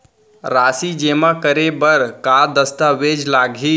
राशि जेमा करे बर का दस्तावेज लागही?